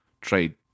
trade